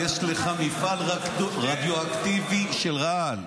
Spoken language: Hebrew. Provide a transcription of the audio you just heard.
יש לך מפעל רדיואקטיבי של רעל.